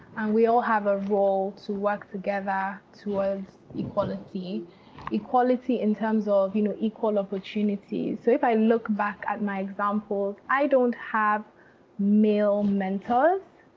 and we all have a role to work together towards equality equality in terms of you know equal opportunity. so if i look back at my example, i don't have male mentors.